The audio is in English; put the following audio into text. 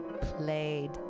Played